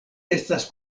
estas